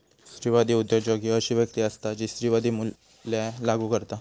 स्त्रीवादी उद्योजक ही अशी व्यक्ती असता जी स्त्रीवादी मूल्या लागू करता